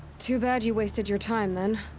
too bad you wasted your time, then.